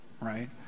right